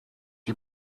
die